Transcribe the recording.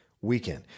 weekend